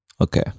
Okay